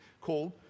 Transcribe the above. called